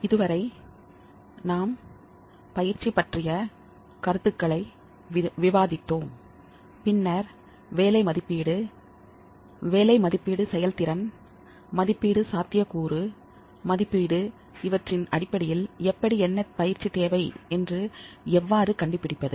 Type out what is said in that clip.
இதுவரை நாம் பயிற்சி பற்றிய கருத்துக்களை விவாதித்தோம் பின்னர் வேலை மதிப்பீடு வேலை மதிப்பீடு செயல்திறன் மதிப்பீடு சாத்தியக்கூறு மதிப்பீடு இவற்றின் அடிப்படையில் எப்படி என்ன பயிற்சி தேவை என்று எவ்வாறு கண்டுபிடிப்பது